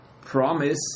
promise